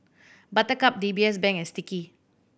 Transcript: Buttercup D B S Bank and Sticky